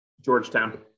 Georgetown